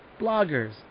bloggers